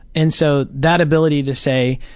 and so that ability to say,